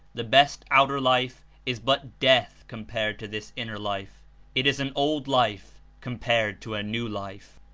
the best outer life is but death compared to this inner life it is an old life compared to a new life.